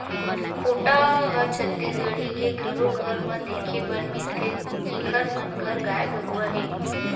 खूटा ह छत्तीसगढ़ के घरो घर म देखे बर मिलथे जिखर मन घर गाय गरुवा हे